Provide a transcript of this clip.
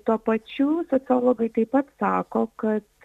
tuo pačiu sociologai taip pat sako kad